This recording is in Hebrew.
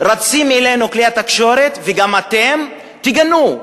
רצים אלינו כלי התקשורת, וגם אתם: תגנו.